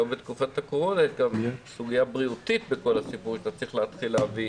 היום בתקופת הקורונה יש גם סוגיה בריאותית בכל הסיפור שצריך להביא